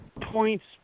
points